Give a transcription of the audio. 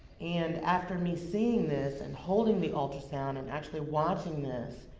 and after me seeing this, and holding the ultrasound, and actually watching this,